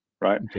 right